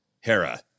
Hera